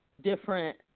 different